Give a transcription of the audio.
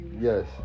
Yes